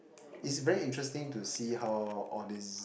is very interesting to see how all these